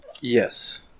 Yes